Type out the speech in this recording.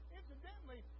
Incidentally